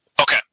Okay